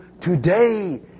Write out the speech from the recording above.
today